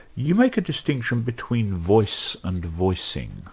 you make a distinction between voice and voicing.